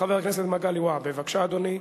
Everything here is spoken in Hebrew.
חבר הכנסת מגלי והבה, בבקשה, אדוני.